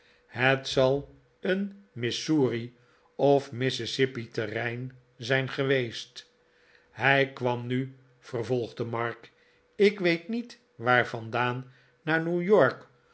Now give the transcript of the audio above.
het zal een missouri of mississippi terrein zijn geweest hij kwam nu vervolgde mark ik weet niet waar vandaan naar new